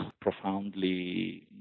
profoundly